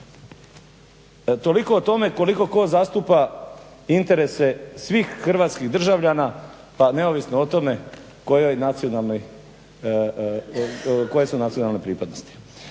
Toliko o tome koliko tko zastupa interese svih hrvatskih državljana pa neovisno o tome koje su nacionalne pripadnosti.